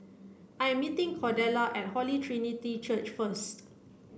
I'm meeting Cordella at Holy Trinity Church first